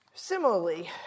Similarly